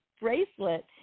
bracelet